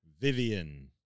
Vivian